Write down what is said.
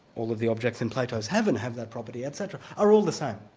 all of the objects in plato's heaven have that property etc, are all the same.